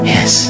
Yes